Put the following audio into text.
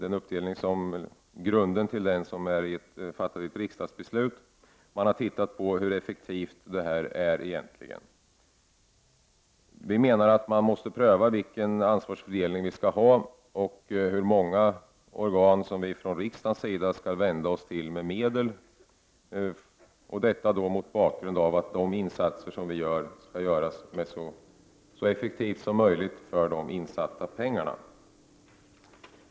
Grunden till den uppdelningen utgörs av ett riksdagsbeslut, och man har tittat på hur effektivt det egentligen är. Vi menar att man måste pröva vilken ansvarsfördelning det skall vara och hur många organ riksdagen skall vända sig till med medel, detta mot bakgrund av de att insatta pengarna skall användas så effektivt som möjligt.